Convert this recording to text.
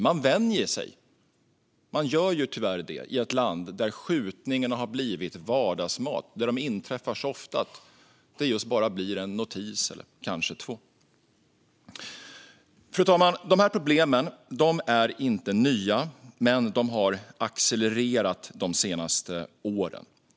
Man vänjer sig. Man gör tyvärr det i ett land där skjutningarna har blivit vardagsmat. De inträffar så ofta att det bara blir en notis eller kanske två. Fru talman! De här problemen är inte nya, men de har accelererat de senaste åren.